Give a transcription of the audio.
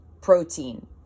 protein